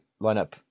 lineup